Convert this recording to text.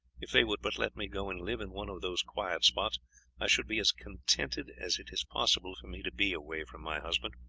if they would but let me go and live in one of those quiet spots i should be as contented as it is possible for me to be away from my husband.